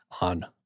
on